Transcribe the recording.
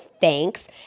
thanks